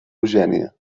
eugènia